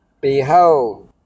Behold